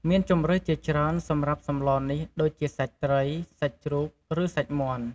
មានជម្រើសជាច្រើនសម្រាប់សម្លនេះដូចជាសាច់ត្រី សាច់ជ្រូក ឬសាច់មាន់។